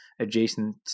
adjacent